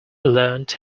learned